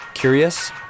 Curious